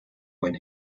when